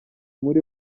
muri